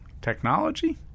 Technology